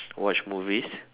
watch movies